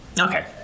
Okay